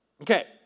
Okay